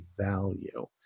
value